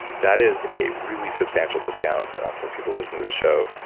that is a really substantial discount for people listening to the show.